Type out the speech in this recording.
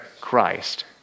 Christ